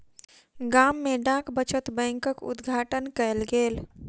गाम में डाक बचत बैंकक उद्घाटन कयल गेल